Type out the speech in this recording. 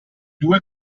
due